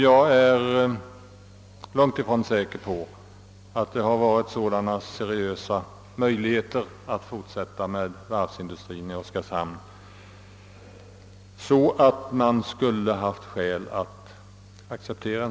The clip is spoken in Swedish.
Jag är långt ifrån säker på att sådana seriösa möjligheter att fortsätta med varvsindustri i Oskarshamn förelegat, att en sådan utveckling skulle ha kunnat accepteras.